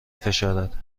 فشارد